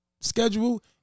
schedule